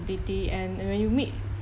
and and when you meet